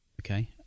Okay